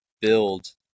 build